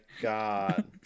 god